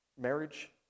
marriage